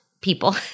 people